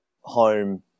home